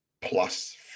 plus